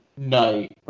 Night